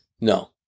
No